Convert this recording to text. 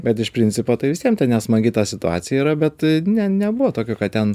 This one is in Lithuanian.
bet iš principo tai visiem ten nesmagi ta situacija yra bet ne nebuvo tokio kad ten